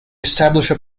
established